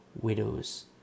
widows